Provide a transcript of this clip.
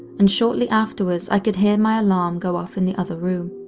and shortly afterwards i could hear my alarm go off in the other room.